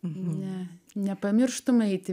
ne nepamirštum eiti